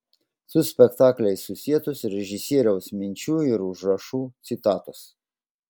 su spektakliais susietos režisieriaus minčių ir užrašų citatos